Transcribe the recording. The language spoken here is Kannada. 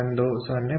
1 0